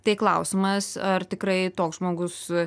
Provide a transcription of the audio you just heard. tai klausimas ar tikrai toks žmogus